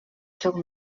seu